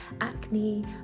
acne